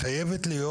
היא חייבת להיות,